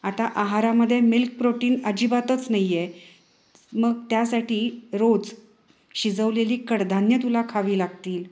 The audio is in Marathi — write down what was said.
आता आहारामध्ये मिल्क प्रोटीन अजिबातच नाही आहे मग त्यासाठी रोज शिजवलेली कडधान्य तुला खावी लागतील